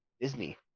Disney